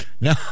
No